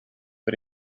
but